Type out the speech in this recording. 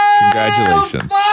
Congratulations